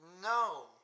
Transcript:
No